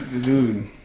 dude